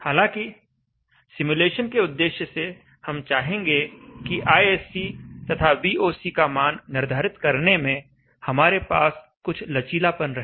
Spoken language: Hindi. हालांकि सिमुलेशन के उद्देश्य से हम चाहेंगे कि ISC तथा VOC का मान निर्धारित करने में हमारे पास कुछ लचीलापन रहे